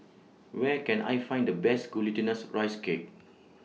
Where Can I Find The Best Glutinous Rice Cake